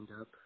up